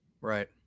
right